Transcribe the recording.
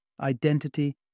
identity